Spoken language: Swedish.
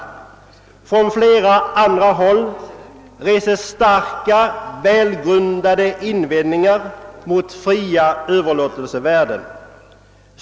även från flera andra håll reses starka och välgrundade invändningar mot fria överlåtelsevärden.